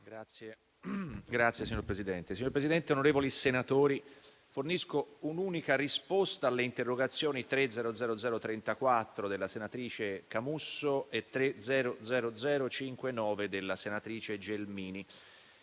cooperazione internazionale*. Signor Presidente, onorevoli senatori, fornisco un'unica risposta alle interrogazioni 3-00034 della senatrice Camusso e 3-00059 della senatrice Gelmini.